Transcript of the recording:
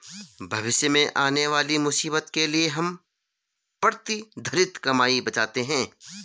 भविष्य में आने वाली मुसीबत के लिए हम प्रतिधरित कमाई बचाते हैं